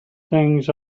things